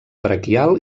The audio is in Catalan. braquial